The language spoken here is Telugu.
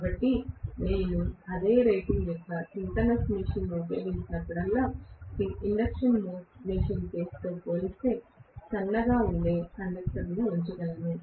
కాబట్టి నేను అదే రేటింగ్ యొక్క సింక్రోనస్ మెషీన్ను ఉపయోగించినప్పుడల్లా ఇండక్షన్ మెషిన్ కేసుతో పోలిస్తే సన్నగా ఉండే కండక్టర్లను ఉంచగలను